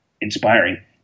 inspiring